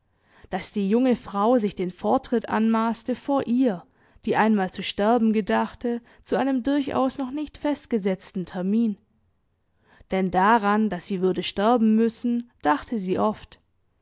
daß die junge frau sich den vortritt anmaßte vor ihr die einmal zu sterben gedachte zu einem durchaus noch nicht festgesetzten termin denn daran daß sie würde sterben müssen dachte sie oft